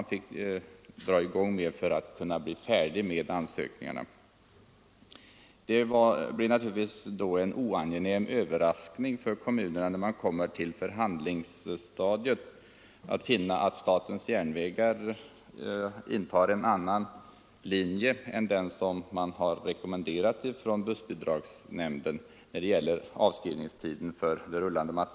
När kommunerna då kommer till förhandlingsstadiet blir det naturligtvis en oangenäm överraskning att statens järnvägar beträffande avskrivningstiden för den rullande materielen går på en annan linje än den som bussbidragsnämnden har rekommenderat.